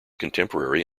contemporary